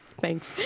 Thanks